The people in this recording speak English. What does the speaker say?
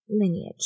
lineage